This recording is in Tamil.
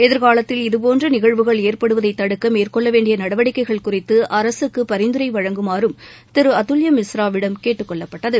எதிர்காலத்தில் இதுபோன்ற நிகழ்வுகள் ஏற்படுவதை தடுக்க மேற்கொள்ளவேண்டிய நடவடிக்கைகள் குறித்து அரசுக்கு பரிந்துரை வழங்குமாறும் திரு அதுல்ய மிஸ்ராவிடம் கேட்டுக்கொள்ளப்பட்டது